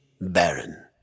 Baron